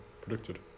predicted